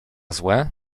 złe